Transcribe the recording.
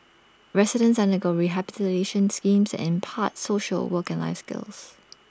residents undergo rehabilitation schemes impart social work and life skills